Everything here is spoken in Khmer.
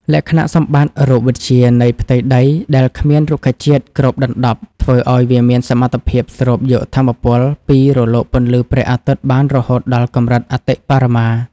លក្ខណៈសម្បត្តិរូបវិទ្យានៃផ្ទៃដីដែលគ្មានរុក្ខជាតិគ្របដណ្ដប់ ធ្វើឱ្យវាមានសមត្ថភាពស្រូបយកថាមពលពីរលកពន្លឺព្រះអាទិត្យបានរហូតដល់កម្រិតអតិបរមា។